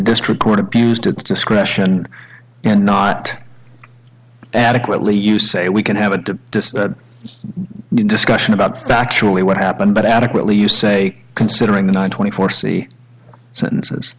district court abuse took discretion and not adequately you say we can have a debate discussion about factually what happened but adequately you say considering the nine twenty four c sentences